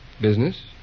Business